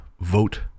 vote